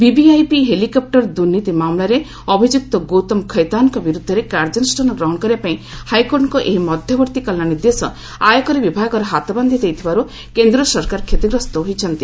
VVIP helicopter ଦୁର୍ନୀତି ମାମଲାରେ ଅଭିଯୁକ୍ତ ଗୌତମ ଖୈତାନ୍ଙ୍କ ବିରୁଦ୍ଧରେ କାର୍ଯ୍ୟାନୁଷ୍ଠାନ ଗ୍ରହଣ କରିବା ପାଇଁ ହାଇକୋର୍ଟଙ୍କ ଏହି ମଧ୍ୟବର୍ତ୍ତୀକାଳୀନ ନିର୍ଦ୍ଦେଶ ଆୟକର ବିଭାଗର ହାତ ବାନ୍ଧି ଦେଇଥିବାରୁ କେନ୍ଦ୍ର ସରକାର କ୍ଷତିଗ୍ରସ୍ତ ହୋଇଛନ୍ତି